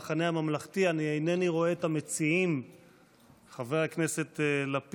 לתלמיד), התשפ"ג 2023, מאת חברת הכנסת נעמה